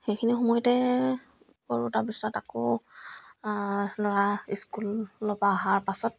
সেইখিনি সময়তে কৰোঁ তাৰপিছত আকৌ ল'ৰা স্কুলৰ পৰা অহাৰ পাছত